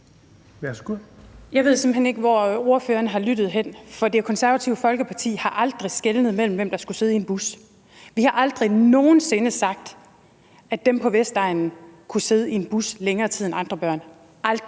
Jeg ved simpelt hen ikke, hvad ordføreren har lyttet til, for Det Konservative Folkeparti har aldrig skelnet, i forhold til hvem der skulle sidde i en bus. Vi har aldrig nogen sinde sagt, at dem på Vestegnen kunne sidde i en bus i længere tid end andre børn,